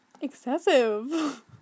excessive